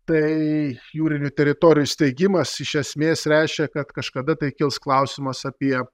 tai jūrinių teritorijų steigimas iš esmės reiškia kad kažkada tai kils klausimas apie